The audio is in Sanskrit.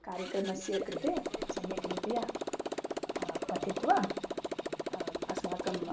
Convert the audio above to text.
कार्यक्रमस्य कृते सम्यक् रीत्या पठित्वा अस्माकं